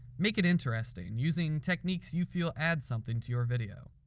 make it interesting, using techniques you feel add something to your video.